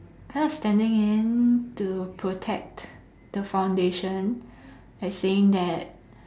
kind of standing in to protect the foundation like saying that